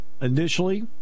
Initially